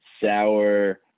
sour